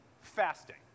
fasting